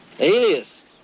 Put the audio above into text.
Alias